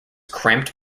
cramped